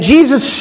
Jesus